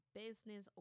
business